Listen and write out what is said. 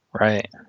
right